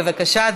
בבקשה,